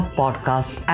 podcast